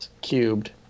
cubed